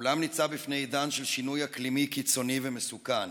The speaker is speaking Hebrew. העולם ניצב בפני עידן של שינוי אקלימי קיצוני ומסוכן,